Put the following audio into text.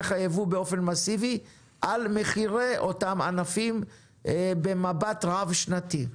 היבוא באופן מאסיבי ומידע על מחירי אותם ענפים במבט רב-שנתי.